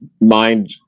Mind